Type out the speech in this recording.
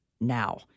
now